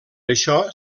això